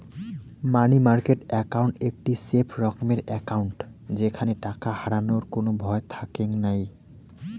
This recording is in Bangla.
মানি মার্কেট একাউন্ট একটি সেফ রকমের একাউন্ট যেইখানে টাকা হারাবার কোনো ভয় থাকেঙ নাই